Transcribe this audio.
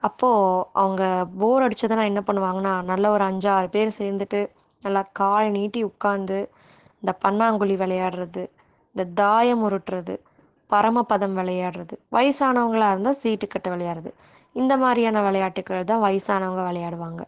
அப்போ அவங்க போர் அடிச்சதுனா என்ன பண்ணுவாங்கனா நல்ல ஒரு அஞ்சாறு பேர் சேர்ந்துட்டு நல்லா கால் நீட்டி உட்காந்து இந்த பன்னாங்குழி விளையாடுகிறது இந்த தாயம் உருட்டுறது பரமபதம் விளையாடுகிறது வயசானங்கவங்களா இருந்தால் சீட்டுக்கட்டு விளையாடுறது இந்தமாதிரியான விளையாட்டுகள் தான் வயசானவங்க விளையாடுவாங்க